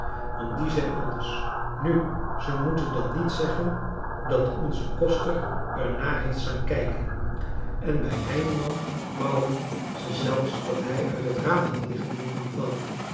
want die zijn anders nu ze moeten dan niet françois haverschmidt familie en kennissen zeggen dat onze koster er naar heeft staan kijken en bij heineman wouen ze zelfs dat hij uit het raam had liggen roepen van